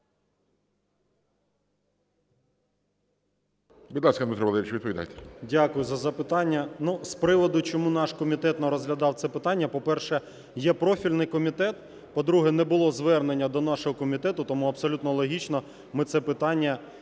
Дякую за запитання. Ну, з приводу, чому наш комітет не розглядав це питання. По-перше, є профільний комітет. По-друге, не було звернення до нашого комітету. Тому абсолютно логічно ми це питання і не